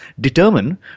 determine